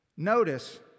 Notice